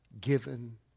given